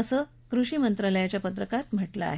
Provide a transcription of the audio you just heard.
असं कृषी मंत्रालयाच्या पत्रकात म्हटलं आहे